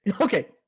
Okay